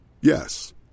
Yes